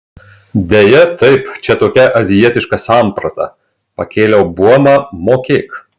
deja taip čia tokia azijietiška samprata pakėliau buomą mokėk